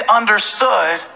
understood